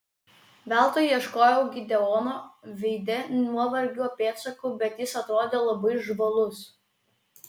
veltui ieškojau gideono veide nuovargio pėdsakų bet jis atrodė labai žvalus